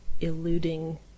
eluding